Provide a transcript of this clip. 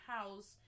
House